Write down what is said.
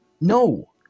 no